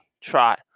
try